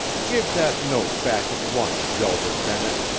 give that note back at once, delbert bennett.